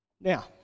Now